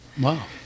Wow